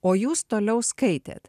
o jūs toliau skaitėte